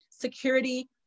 security